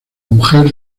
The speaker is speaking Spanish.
mujer